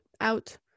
Out